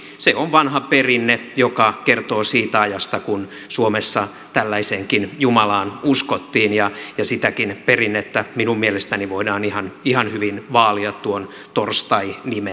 se on vanha perinne joka kertoo siitä ajasta kun suomessa tällaiseenkin jumalaan uskottiin ja sitäkin perinnettä minun mielestäni voidaan ihan hyvin vaalia tuon torstai nimen kautta